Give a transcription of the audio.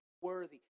worthy